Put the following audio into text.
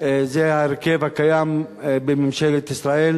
זה ההרכב הקיים בממשלת ישראל,